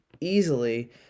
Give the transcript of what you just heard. easily